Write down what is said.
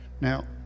Now